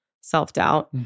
self-doubt